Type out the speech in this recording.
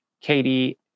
Katie